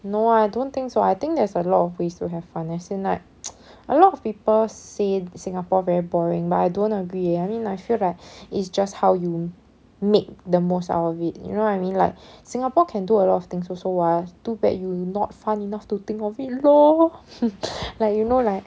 no I don't think so I think there's a lot of ways to have fun as in like a lot of people said singapore very boring but I don't agree eh I mean I feel like it's just how you make the most out of it you know what I mean like singapore can do a lot of things also [what] too bad you not fun enough to think of it lor like you know like